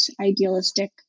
idealistic